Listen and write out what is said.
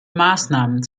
maßnahmen